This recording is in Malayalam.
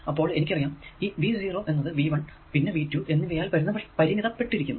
അപ്പോൾ എനിക്കറിയാം ഈ V 0 എന്നത് V 1 പിന്നെ V 2 എന്നിവയാൽ പരിമിതപ്പെട്ടിരിക്കുന്നു